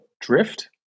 Drift